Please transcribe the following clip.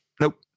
Nope